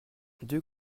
deux